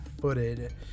footed